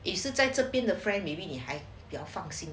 也是在这边 the friend maybe 你还比较放心